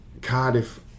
Cardiff